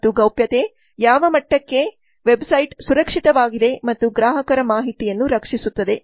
ಮತ್ತು ಗೌಪ್ಯತೆ ಯಾವ ಮಟ್ಟಕ್ಕೆ ಸೈಟ್ ಸುರಕ್ಷಿತವಾಗಿದೆ ಮತ್ತು ಗ್ರಾಹಕರ ಮಾಹಿತಿಯನ್ನು ರಕ್ಷಿಸುತ್ತದೆ